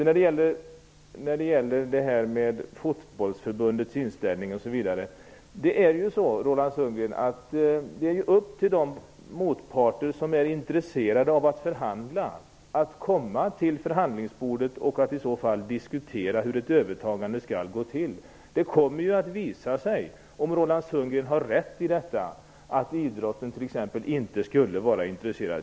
När det gäller Fotbollförbundets inställning osv. är det ju upp till de motparter som är intresserade av att förhandla att komma till förhandlingsbordet och diskutera hur ett övertagande i så fall skall gå till. Det kommer att visa sig om Roland Sundgren har rätt i att man inom idrotten t.ex. inte skulle vara intresserad.